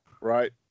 right